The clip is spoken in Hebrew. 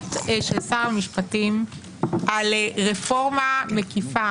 בהצהרות של שר המשפטים על רפורמה מקיפה